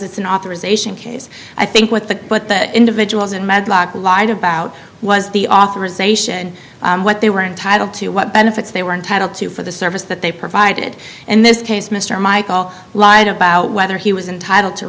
it's an authorization case i think what the what the individuals in med locker lied about was the authorization what they were entitled to what benefits they were entitled to for the service that they provided in this case mr michael lied about whether he was entitle to